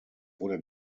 wurde